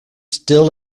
still